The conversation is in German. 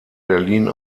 berlin